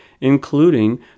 including